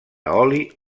oli